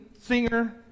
singer